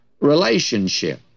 relationship